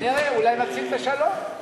נראה, אולי נציל את השלום.